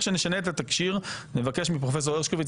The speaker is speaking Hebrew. כנבחרת ציבור,